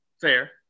Fair